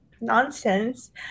nonsense